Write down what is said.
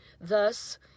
Thus